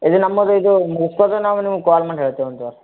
ಇಲ್ಲಿ ನಮಗಿದು ಮುಗ್ಸಿದ್ರೆ ನಾನು ನಿಮಗೆ ಕಾಲ್ ಮಾಡಿ ಹೇಳ್ತೇವಂತೆ